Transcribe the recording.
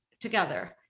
together